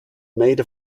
made